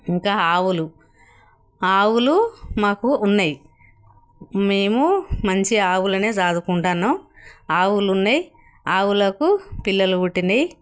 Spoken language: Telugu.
ఇంకా ఆవులు ఆవులు మాకు ఉన్నాయి మేము మంచి ఆవులను సాకుకుంటున్నాం ఆవులు ఉన్నాయి ఆవులకు పిల్లలు పుట్టినాయి